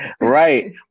Right